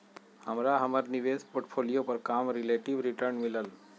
हमरा हमर निवेश पोर्टफोलियो पर कम रिलेटिव रिटर्न मिलल